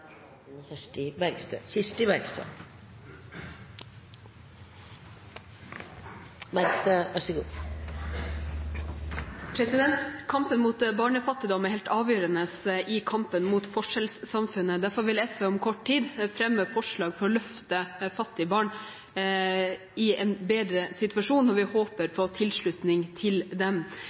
kampen mot forskjellssamfunnet. Derfor vil SV om kort tid fremme forslag for å løfte fattige barn til en bedre situasjon, og vi håper på tilslutning til dem.